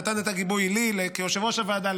נתן לי את הגיבוי כיושב-ראש הוועדה.